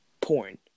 porn